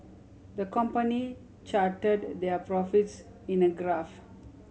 the company charted their profits in a graph